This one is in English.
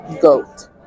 GOAT